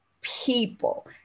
people